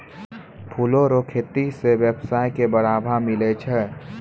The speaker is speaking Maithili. फूलो रो खेती से वेवसाय के बढ़ाबा मिलै छै